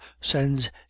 sends